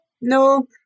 no